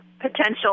potential